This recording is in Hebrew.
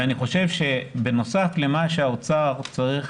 ואני חושב שבנוסף לכך שהאוצר צריך